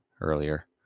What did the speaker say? earlier